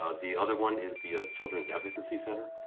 ah the other one is the children's advocacy center,